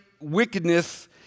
wickedness